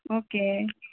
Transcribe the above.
okay